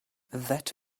that